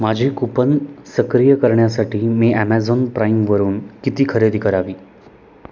माझे कूपन सक्रिय करण्यासाठी मी ॲमेझॉन प्राईमवरून किती खरेदी करावी